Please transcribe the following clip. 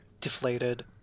deflated